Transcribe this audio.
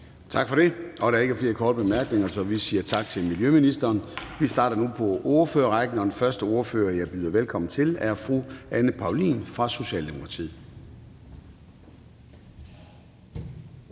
Tak for det. Der er ikke flere korte bemærkninger, så vi siger tak til miljøministeren. Vi starter nu på ordførerrækken, og den første ordfører, jeg byder velkommen til, er fru Anne Paulin fra Socialdemokratiet.